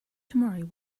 tomorrow